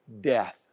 death